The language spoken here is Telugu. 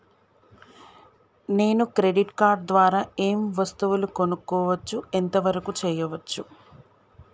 నేను క్రెడిట్ కార్డ్ ద్వారా ఏం వస్తువులు కొనుక్కోవచ్చు ఎంత వరకు చేయవచ్చు?